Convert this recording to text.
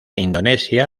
indonesia